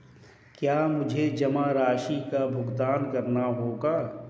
क्या मुझे जमा राशि का भुगतान करना होगा?